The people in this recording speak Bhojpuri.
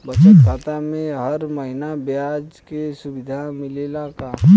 बचत खाता में हर महिना ब्याज के सुविधा मिलेला का?